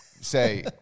say